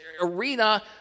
arena